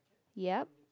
yup